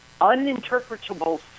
uninterpretable